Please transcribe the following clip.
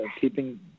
keeping